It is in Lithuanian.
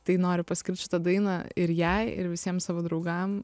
tai noriu paskirt šitą dainą ir jai ir visiem savo draugam